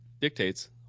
dictates